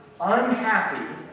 unhappy